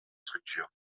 structures